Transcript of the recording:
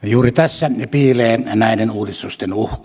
juuri tässä piilee näiden uudistusten uhka